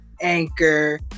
Anchor